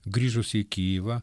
grįžus į kijivą